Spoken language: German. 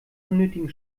unnötigen